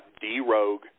D-Rogue